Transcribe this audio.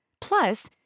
Plus